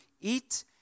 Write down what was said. eat